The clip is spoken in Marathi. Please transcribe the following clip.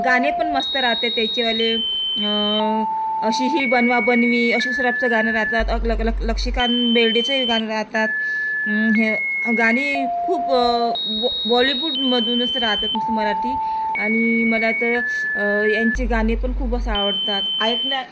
गाणे पण मस्त राहतात त्याच्यावाले अशी ही बनवाबनवी अशोक सराफचं गाणं राहतात अलग अलग लक्ष्मीकांत बेर्डेचंही गाणं राहतात हे गाणे खूप बॉ बॉलिवूडमधूनच राहतात मस्त मराठी आणि मला तर यांचे गाणे पण खूपच आवडतात ऐकायला